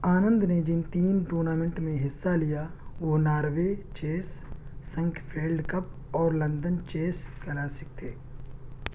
آنند نے جن تین ٹورنامنٹ میں حصہ لیا وہ ناڑوے چیس سنکفیلڈ کپ اور لندن چیس کلاسک تھے